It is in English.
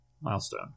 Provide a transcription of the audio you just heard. milestone